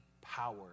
power